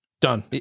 Done